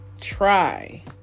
try